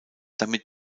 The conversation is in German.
damit